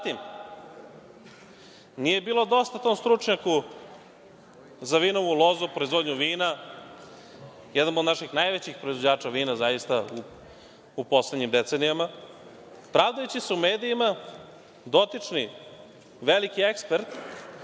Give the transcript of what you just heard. Zatim, nije bilo dosta tom stručnjaku za vinovu lozu, proizvodnju vina, jedan od naših najvećih proizvođača vina u poslednjim decenijama, pravdajući se u medijima dotični veliki ekspert